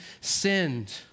sinned